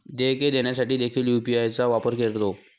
देयके देण्यासाठी देखील यू.पी.आय चा वापर करतो